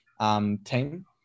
team